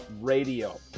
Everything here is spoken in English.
Radio